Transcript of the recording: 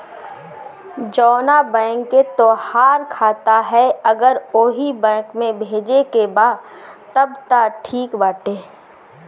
जवना बैंक के तोहार खाता ह अगर ओही बैंक में भेजे के बा तब त ठीक बाटे